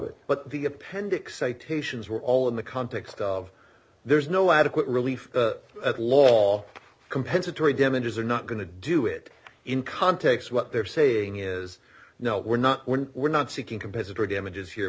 it but the appendix citations were all in the context of there's no adequate relief at law compensatory damages are not going to do it in context what they're saying is no we're not we're not seeking compensatory damages here